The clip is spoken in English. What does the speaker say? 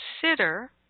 consider